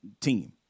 team